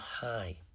high